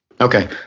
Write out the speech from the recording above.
Okay